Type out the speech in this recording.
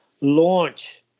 launch